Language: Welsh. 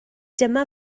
dyma